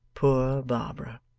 poor barbara!